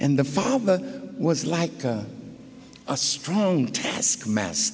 and the father was like a strong tas